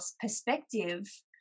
perspective